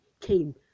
came